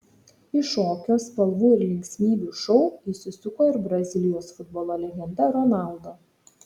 į šokio spalvų ir linksmybių šou įsisuko ir brazilijos futbolo legenda ronaldo